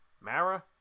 Mara